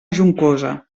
juncosa